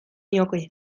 nioke